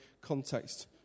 context